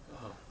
(uh huh)